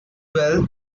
well